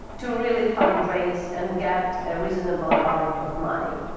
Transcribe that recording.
to really fundraise and get a reasonable amount of money.